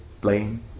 blame